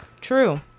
true